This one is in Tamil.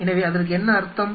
எனவே அதற்கு என்ன அர்த்தம்